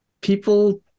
people